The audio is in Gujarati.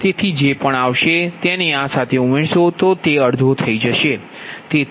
તેથી જે પણ આવશે તેને આ સાથે ઉમેરશો તો તે અડધો થઈ જશે